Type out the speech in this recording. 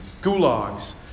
gulags